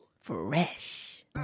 Fresh